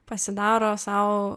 pasidaro sau